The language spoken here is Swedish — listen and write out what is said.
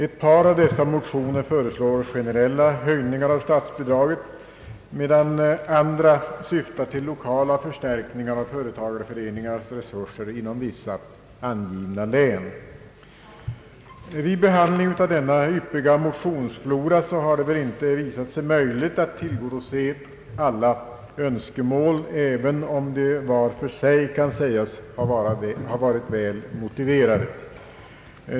Ett par av dessa motioner föreslår generella höjningar av statsbidraget, medan andra syftar till lokala förstärkningar av företagareföreningarnas resurser inom vissa angivna län. Vid behandlingen av denna yppiga motionsflora har det inte visat sig möjligt att tillgodose alla önskemål, även om de vart för sig kan sägas ha varit väl motiverade.